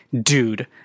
dude